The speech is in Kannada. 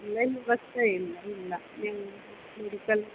ಆನ್ಲೈನ್ ವ್ಯವಸ್ಥೆ ಇಲ್ಲ ಇಲ್ಲ ನೀವು ಮೆಡಿಕಲ್